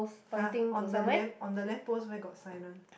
har on the lamp on the lamp post where got sign one